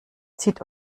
zieht